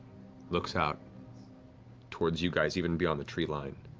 looks out towards you guys, even beyond the tree line.